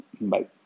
bye